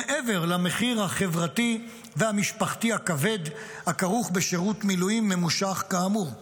מעבר למחיר החברתי והמשפחתי הכבד הכרוך בשירות מילואים ממושך כאמור.